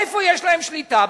איפה יש להם שליטה?